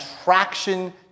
attraction